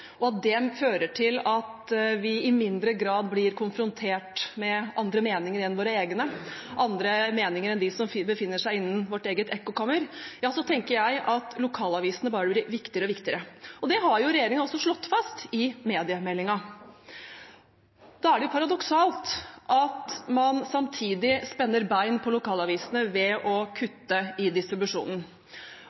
og at det fører til at vi i mindre grad blir konfrontert med andre meninger enn våre egne – andre meninger enn dem som befinner seg innen vårt eget ekkokammer – tenker jeg at lokalavisene blir viktigere og viktigere, og det har også regjeringen slått fast i mediemeldingen. Da er det paradoksalt at man samtidig spenner bein under lokalavisene ved å kutte i distribusjonen.